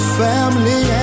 family